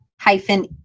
hyphen